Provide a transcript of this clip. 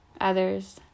others